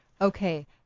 Okay